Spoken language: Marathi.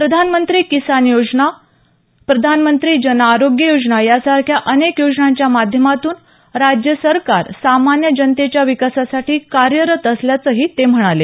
प्रधानमंत्री किसान विकास योजना प्रधानमंत्री जनआरोग्य योजना यासारख्या अनेक योजनांच्या माध्यमातून राज्य सरकार सामान्य जनतेच्या विकासासाठी कार्यरत असल्यचंही ते म्हणाले